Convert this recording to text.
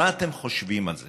מה אתם חושבים על זה?